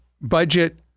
budget